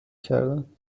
کردند